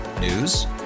News